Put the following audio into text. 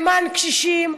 למען קשישים,